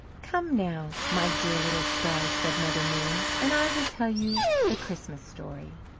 come now, my dear little stars, said mother moon, and i will tell you the christmas story.